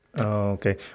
Okay